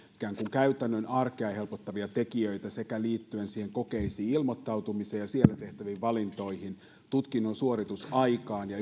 käytännön arkea helpottavia tekijöitä liittyen kokeisiin ilmoittautumiseen ja siellä tehtäviin valintoihin tutkinnon suoritusaikaan ja